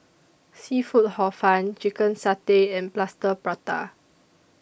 Seafood Hor Fun Chicken Satay and Plaster Prata